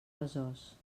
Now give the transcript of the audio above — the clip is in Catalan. besòs